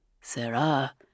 Sarah